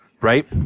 right